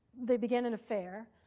they began an affair.